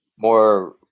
more